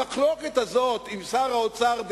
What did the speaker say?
המחלוקת הזאת עם שר האוצר דאז,